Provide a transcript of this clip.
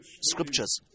scriptures